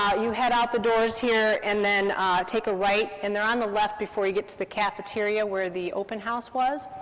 you head out the doors here, and then take a right and they're on the left, before you get to the cafeteria, where the open house was.